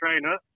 trainer